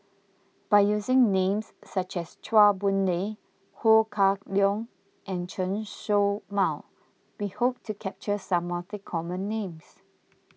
by using names such as Chua Boon Lay Ho Kah Leong and Chen Show Mao we hope to capture some of the common names